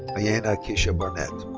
ayana kisha barnett.